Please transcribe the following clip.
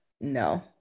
No